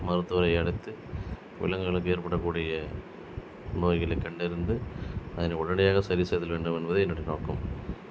மருத்துவரை அழைத்து விலங்குகளுக்கு ஏற்பட கூடிய நோய்களை கண்டறிந்து அதனை உடனடியாக சரி செய்தல் வேண்டும் என்பதே என்னுடைய நோக்கம்